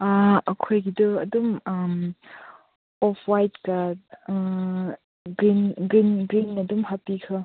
ꯑꯩꯈꯣꯏꯒꯤꯗꯨ ꯑꯗꯨꯝ ꯑꯣꯐ ꯋꯥꯏꯠꯀ ꯒ꯭ꯔꯤꯟ ꯒ꯭ꯔꯤꯟ ꯒ꯭ꯔꯤꯟ ꯑꯗꯨꯝ ꯍꯥꯞꯄꯤꯈ꯭ꯔꯣ